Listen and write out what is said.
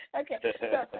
Okay